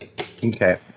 Okay